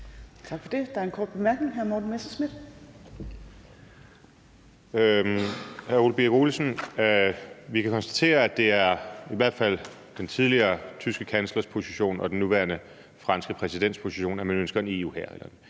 Morten Messerschmidt (DF): Jeg vil sige til hr. Ole Birk Olesen, at vi kan konstatere, at det i hvert fald er den tidligere tyske kanslers position og den nuværende franske præsidents position, at man ønsker en EU-hær,